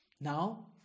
Now